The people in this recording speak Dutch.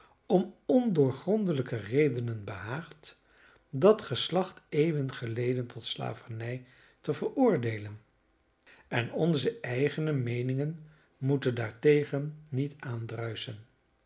om ondoorgrondelijke redenen behaagd dat geslacht eeuwen geleden tot slavernij te veroordeelen en onze eigene meeningen moeten daartegen niet aandruischen